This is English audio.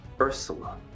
Ursula